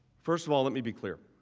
first of all, let me be clear.